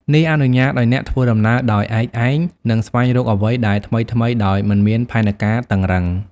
នេះអនុញ្ញាតឱ្យអ្នកធ្វើដំណើរដោយឯកឯង និងស្វែងរកអ្វីដែលថ្មីៗដោយមិនមានផែនការតឹងរ៉ឹង។